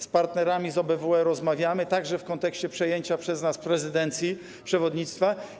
Z partnerami z OBWE rozmawiamy także w kontekście przejęcia przez nas prezydencji, przewodnictwa.